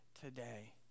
today